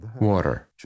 water